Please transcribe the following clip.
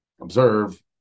observe